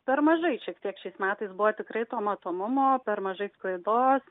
per mažai šiek tiek šiais metais buvo tikrai to matomumo per mažai sklaidos